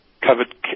covered